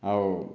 ଆଉ